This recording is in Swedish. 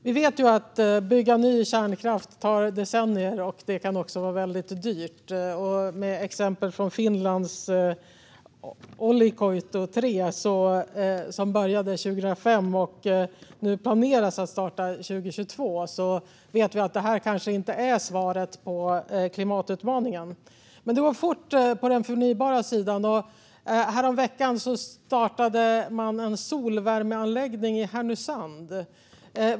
Fru talman! Vi vet att det tar decennier att bygga ny kärnkraft, och det kan också vara väldigt dyrt. Utifrån exemplet Olkiluoto 3 i Finland, som började 2005 och som nu planeras att starta 2022, vet vi att det kanske inte är svaret på klimatutmaningen. Det går fort på den förnybara sidan. Häromveckan startades en solvärmeanläggning i Härnösand.